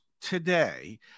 today